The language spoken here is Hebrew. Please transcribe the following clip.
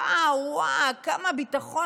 יואב בן צור ועמיחי